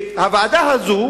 הוועדה הזאת